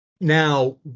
now